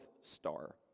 Star